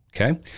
Okay